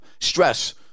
Stress